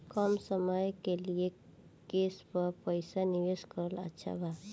कम समय के लिए केस पर पईसा निवेश करल अच्छा बा?